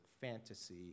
fantasy